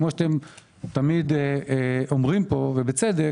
כמו שאתם תמיד אומרים פה ובצדק,